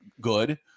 good